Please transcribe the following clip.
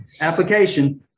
Application